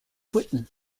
britain